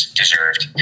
deserved